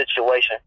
situation